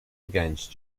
against